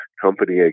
company